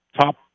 top